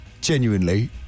Genuinely